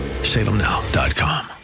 salemnow.com